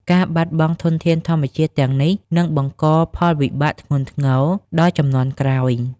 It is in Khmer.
ការបាត់បង់ធនធានធម្មជាតិទាំងនេះនឹងបង្កផលវិបាកធ្ងន់ធ្ងរដល់ជំនាន់ក្រោយ។